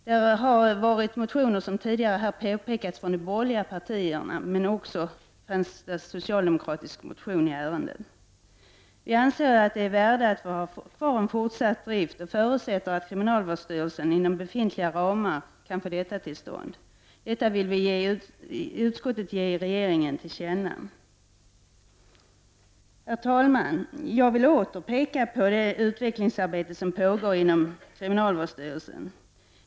Där har det varit, som tidigare påpekats, borgerliga motioner men även en socialdemokratisk motion i ärendet. Vi anser det vara av värde att ha kvar fortsatt drift där och förutsätter att kriminalvårdsstyrelsen inom befintliga ramar kan få detta till stånd. Detta vill utskottet ge regeringen till känna. Herr talman! Jag vill åter peka på det utvecklingsarbete som pågår inom kriminalvårdsstyrelsen.